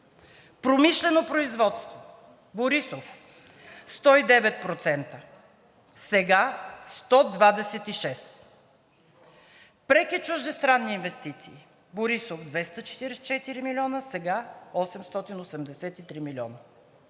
Промишлено производство – Борисов – 109%, сега – 126. Преки чуждестранни инвестиции – Борисов – 244 милиона, сега 883 милиона.